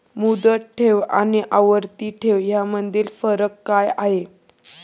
मुदत ठेव आणि आवर्ती ठेव यामधील फरक काय आहे?